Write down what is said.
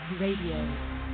Radio